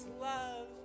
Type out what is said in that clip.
love